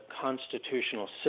constitutional